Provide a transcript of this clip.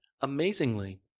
amazingly